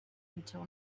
until